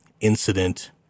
incident